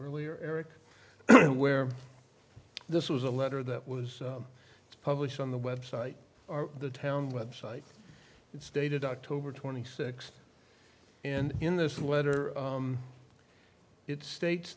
earlier eric where this was a letter that was published on the website the town website it's dated october twenty sixth and in this letter it states